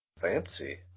fancy